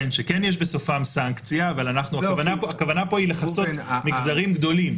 שכן יש בסופם סנקציה אבל הכוונה פה היא לכסות מגזרים גדולים,